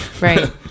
right